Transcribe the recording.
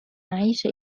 أعيش